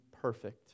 perfect